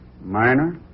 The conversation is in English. Minor